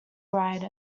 write